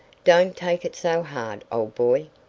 don't take it so hard, old boy.